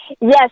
Yes